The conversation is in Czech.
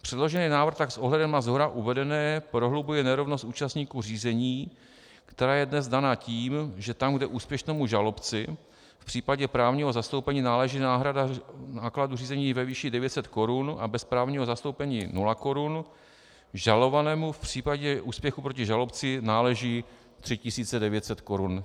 Předložený návrh tak s ohledem na shora uvedené prohlubuje nerovnost účastníků řízení, která je dnes daná tím, že tam, kde úspěšnému žalobci v případě právního zastoupení náleží náhrada nákladů řízení ve výši 900 korun a bez právního zastoupení nula korun, žalovanému v případě úspěchu proti žalobci náleží 3 900 korun.